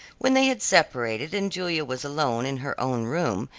when they had separated, and julia was alone in her own room,